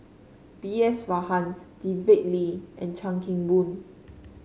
B S Rajhans David Lee and Chan Kim Boon